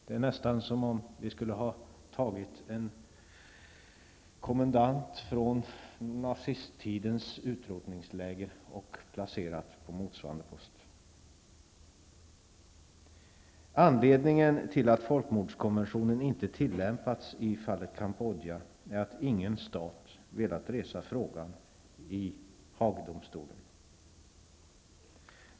Det är nästan som om man placerat en kommendant från nazisttidens utrotningsläger på motsvarande post. Anledningen till att folkmordskonventionen inte tillämpats i fallet Cambodja är att ingen stat velat resa frågan i Haag-domstolen.